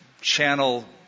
channel